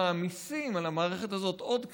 מעמיסים על המערכת הזאת עוד קצת,